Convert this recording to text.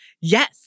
Yes